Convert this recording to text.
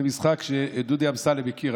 זה משחק שדודי אמסלם הכיר.